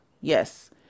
yes